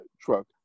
truck